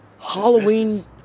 Halloween